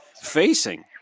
facing